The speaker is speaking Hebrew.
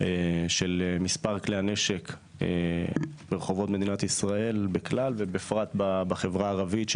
של מספר כלי הנשק ברחובות מדינת ישראל בכלל ובחברה הערבית בפרט.